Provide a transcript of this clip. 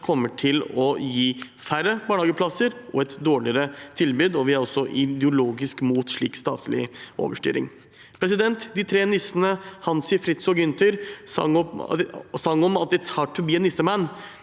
kommer til å gi færre barnehageplasser og et dårligere tilbud. Vi er også ideologisk mot slik statlig overstyring. De tre nissene Hansi, Fritz og Gynter sang «it’s hard to be a nissemann».